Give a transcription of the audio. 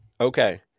Okay